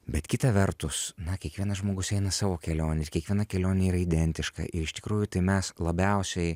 bet kita vertus na kiekvienas žmogus eina savo kelionę ir kiekviena kelionė yra identiška iš tikrųjų tai mes labiausiai